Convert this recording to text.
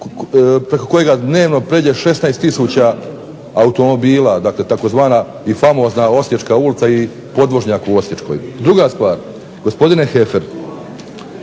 preko kojega dnevno prijeđe preko 16 tisuća automobila, tzv. famozna Osječka ulica i podvožnjak u Osječkoj. Druga stvar, gospodine Heffer